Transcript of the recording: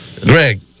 Greg